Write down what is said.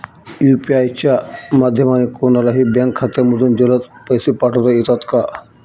UPI च्या माध्यमाने कोणलाही बँक खात्यामधून जलद पैसे पाठवता येतात का?